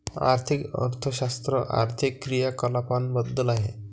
आर्थिक अर्थशास्त्र आर्थिक क्रियाकलापांबद्दल आहे